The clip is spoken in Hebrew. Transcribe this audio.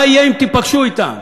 מה יהיה אם תיפגשו אתן,